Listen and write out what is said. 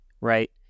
Right